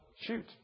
shoot